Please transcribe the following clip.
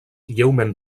lleument